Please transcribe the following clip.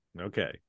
Okay